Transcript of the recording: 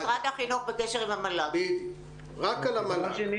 <<יי דובר >>